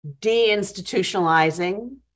deinstitutionalizing